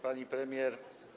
Pani Premier!